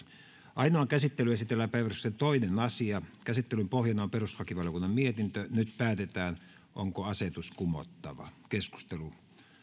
ainoaan käsittelyyn esitellään päiväjärjestyksen toinen asia käsittelyn pohjana on perustuslakivaliokunnan mietintö kuusi nyt päätetään onko asetus kumottava